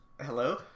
Hello